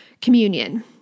Communion